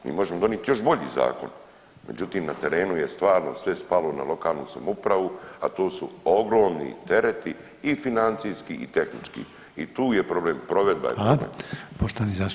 Mi možemo donijeti još bolji zakon, međutim, na terenu je stvarno sve spalo na lokalnu samoupravu, a tu su ogromni tereti i financijski i tehnički i tu je problem, provedba.